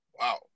Wow